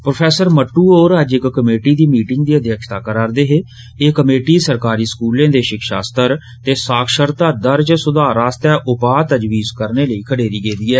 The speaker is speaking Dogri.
प्रोफैसर मददद्र होर अज्ज इक कमेटी दी मीटिंग दी अध्यक्षता करा रदे हे एह कमेटी सरकारी स्कूलें दे षिक्षा स्तर ते साक्षरता दर च सुधार आस्ते उपा तजवीज़ करने लेई खडेरी गेदी ऐ